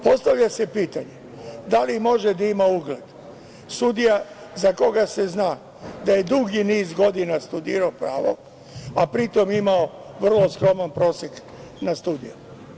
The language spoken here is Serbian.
Postavlja se pitanje - da li može da ima ugled sudija, za koga se zna da je dugi niz godina studirao pravo, a pri tome imao vrlo skroman prosek na studijama?